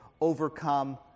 overcome